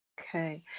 Okay